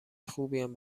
خوبیم